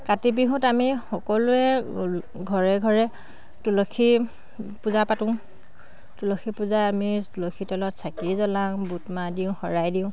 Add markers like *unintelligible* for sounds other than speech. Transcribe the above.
কাতি বিহুত আমি সকলোৱে *unintelligible* ঘৰে ঘৰে তুলসী পূজা পাতোঁ তুলসী পূজা আমি তুলসী তলত চাকি জ্বলাওঁ বুটমাহ দিওঁ শৰাই দিওঁ